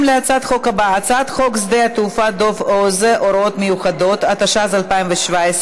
להצעת חוק השירות האזרחי, התשע"ז 2017,